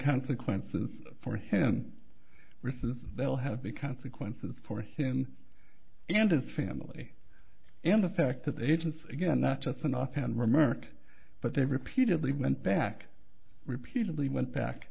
consequences for him versus they'll have become sequences for him and his family and the fact that the agents again not just an offhand remark but they repeatedly went back repeatedly went back